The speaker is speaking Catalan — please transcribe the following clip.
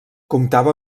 comptava